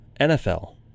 NFL